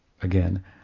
again